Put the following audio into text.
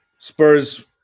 Spurs